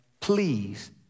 please